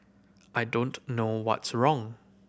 I don't know what's wrong